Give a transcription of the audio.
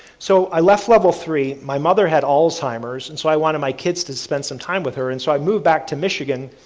so, i left level three, my mother had alzheimer's, and so i wanted my kids to spend some time with her. and so, i moved back to michigan